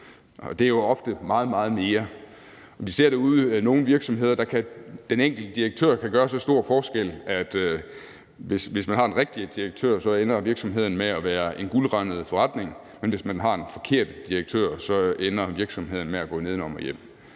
Det er jo ofte meget, meget mere. Vi ser, at ude i nogle virksomheder kan den enkelte direktør gøre så stor forskel, at virksomheden, hvis man har den rigtige direktør, ender med at være en guldrandet forretning. Men hvis man har en forkert direktør, så ender virksomheden med at gå nedenom og hjem.